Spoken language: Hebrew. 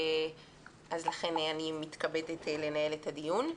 לכן, אני מתכבדת לנהל את הדיון.